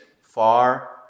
far